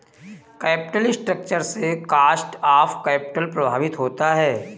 capital structure से cost of capital प्रभावित होता है